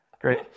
Great